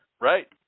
Right